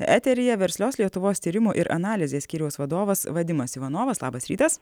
eteryje verslios lietuvos tyrimų ir analizės skyriaus vadovas vadimas ivanovas labas rytas